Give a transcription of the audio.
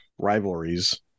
rivalries